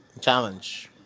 challenge